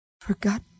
forgot